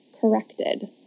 corrected